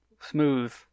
Smooth